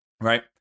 Right